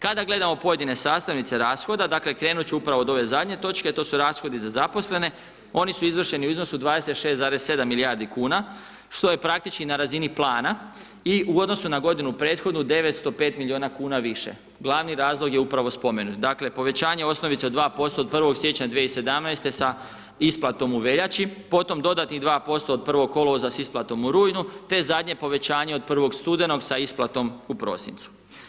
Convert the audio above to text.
Kada gledamo pojedine sastavnice rashoda, dakle krenut ću upravo od ove zadnje točke to su rashodi za zaposlene oni su izvršeni u iznosu 26,7 milijardi kuna što je praktički na razini plana i u odnosu na godinu prethodnu 905 miliona kuna više, glavni razlog je upravo spomenut, dakle povećanje osnovice od 2% od 1. siječnja 2017. sa isplatom u veljači, potom dodatnih 2% od 1. kolovoza sa isplatom u rujnu, te zadnje povećanje od 1. studenog sa isplatom u prosincu.